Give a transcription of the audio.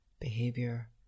behavior